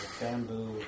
bamboo